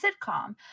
sitcom